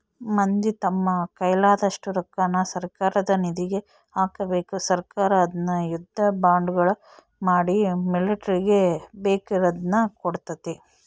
ಮಂದಿ ತಮ್ಮ ಕೈಲಾದಷ್ಟು ರೊಕ್ಕನ ಸರ್ಕಾರದ ನಿಧಿಗೆ ಹಾಕಬೇಕು ಸರ್ಕಾರ ಅದ್ನ ಯುದ್ಧ ಬಾಂಡುಗಳ ಮಾಡಿ ಮಿಲಿಟರಿಗೆ ಬೇಕಿರುದ್ನ ಕೊಡ್ತತೆ